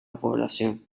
población